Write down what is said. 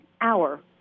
hour